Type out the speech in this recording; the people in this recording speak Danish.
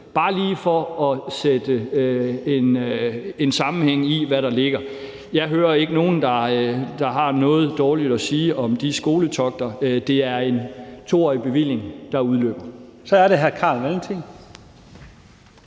bare lige for at sætte det ind i en sammenhæng, i forhold til hvad der ligger. Jeg hører ikke nogen, der har noget dårligt at sige om de skoletogter; det er en 2-årig bevilling, der udløber. Kl. 10:48 Første